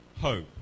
hope